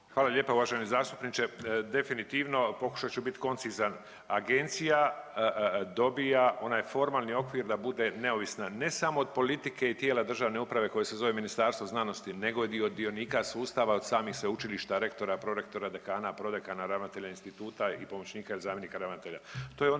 Hvala lijepa uvaženi zastupniče. Definitivno pokušat ću bit koncizan. Agencija dobija onaj formalni okvir da bude neovisna ne samo od politike i tijela državne uprave koje se zove Ministarstvo znanosti, nego i od dionika sustava od samih sveučilišta, rektora, prorektora, dekana, prodekana, ravnatelja instituta i pomoćnika zamjenika ravnatelja.